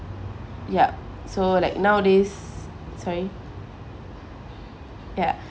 ya so like nowadays sorry ya